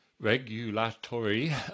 regulatory